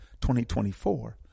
2024